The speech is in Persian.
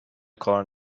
کار